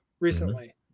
recently